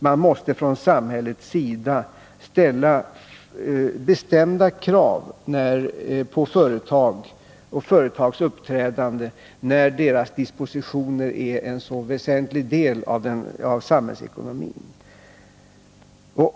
Man måste från samhällets sida ställa bestämda krav på företag och på deras uppträdande när deras dispositioner är en så väsentlig del av samhällsekonomin.